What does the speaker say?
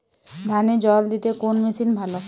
ধানে জল দিতে কোন মেশিন ভালো?